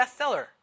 bestseller